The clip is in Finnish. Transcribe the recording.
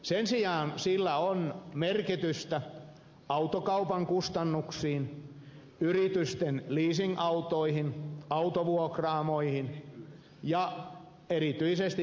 sen sijaan sillä on merkitystä autokaupan kustannuksiin yritysten leasingautoihin autovuokraamoihin ja erityisesti tilatakseihin